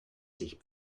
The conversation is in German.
sich